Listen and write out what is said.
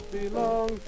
belong